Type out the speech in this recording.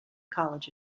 college